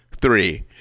Three